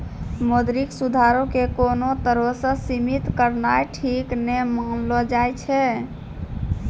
मौद्रिक सुधारो के कोनो तरहो से सीमित करनाय ठीक नै मानलो जाय छै